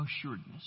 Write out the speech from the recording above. assuredness